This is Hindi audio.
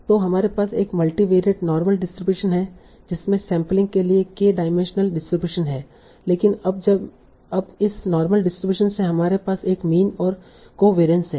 तो हमारे पास एक मल्टीवेरिएट नार्मल डिस्ट्रीब्यूशन है जिसमे सैंपलिंग के लिए k डायमेंशनल डिस्ट्रीब्यूशन है लेकिन अब इस नार्मल डिस्ट्रीब्यूशन से हमारे पास एक मीन और कोवेरिअंस है